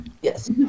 Yes